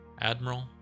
admiral